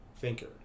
thinker